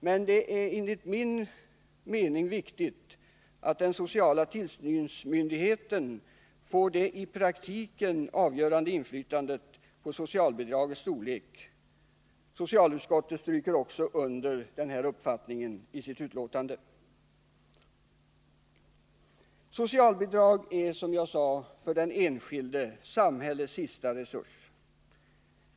Men det är enligt min mening viktigt att den sociala tillsynsmyndigheten får det i praktiken avgörande inflytandet på socialbidragets storlek. Socialutskottet stryker också under den uppfattningen i sitt betänkande. Socialbidrag är, som jag sade, för den enskilde samhällets sista resurs.